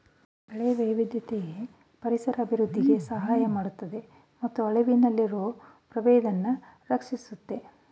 ಬೆಳೆ ವೈವಿಧ್ಯತೆ ಪರಿಸರ ಅಭಿವೃದ್ಧಿಗೆ ಸಹಾಯ ಮಾಡ್ತದೆ ಮತ್ತು ಅಳಿವಿನಲ್ಲಿರೊ ಪ್ರಭೇದನ ರಕ್ಷಿಸುತ್ತೆ